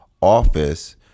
office